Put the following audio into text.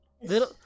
little